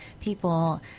people